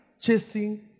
chasing